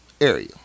area